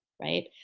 right?